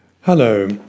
Hello